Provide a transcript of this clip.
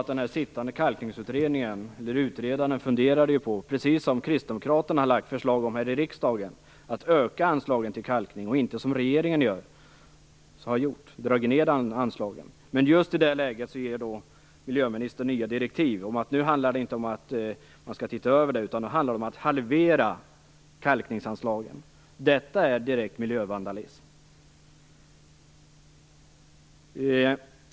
Den sittande Kalkningsutredningen funderade ju på att öka anslaget till kalkningen, precis som kristdemokraterna har lagt fram förslag om här i riksdagen, och inte, som regeringen, dra ned anslagen. Just i det läget ger miljöministern nya direktiv om att nu handlar det inte om att titta över det, utan om att halvera kalkningsanslagen. Detta är direkt miljövandalism.